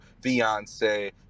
fiance